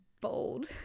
bold